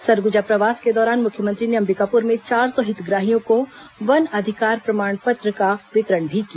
सरगुजा प्रवास के दौरान मुख्यमंत्री ने अंबिकापुर में चार सौ हितग्राहियों को वन अधिकार प्रमाण पत्र का वितरण भी किया